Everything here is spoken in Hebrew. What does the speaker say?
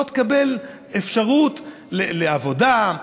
לא תקבל אפשרות לעבודה,